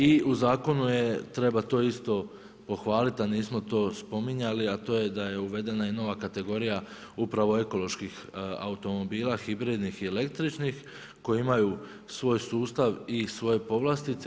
I u zakonu je treba to isto pohvaliti nismo to spominjali, a to je da je uvedena i nova kategorija upravo ekoloških automobila, hibridnih i električnih koji imaju svoj sustav i svoje povlastice.